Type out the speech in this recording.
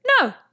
No